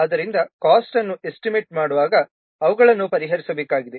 ಆದ್ದರಿಂದ ಕಾಸ್ಟ್ ಅನ್ನು ಎಸ್ಟಿಮೇಟ್ ಮಾಡುವಾಗ ಅವುಗಳನ್ನು ಪರಿಹರಿಸಬೇಕಾಗಿದೆ